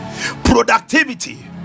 productivity